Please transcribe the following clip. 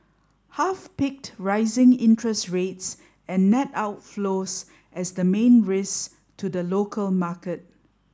half picked rising interest rates and net outflows as the main risks to the local market